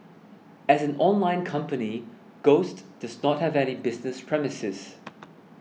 as an online company Ghost does not have any business premises